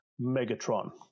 megatron